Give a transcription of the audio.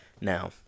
Now